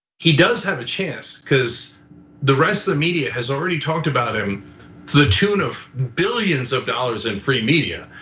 he does have a chance cuz the rest of the media has already talked about him to the tune of billions of dollars in free media.